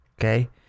okay